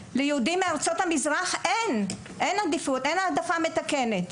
ליהודים מארצות המזרח אין העדפה מתקנת.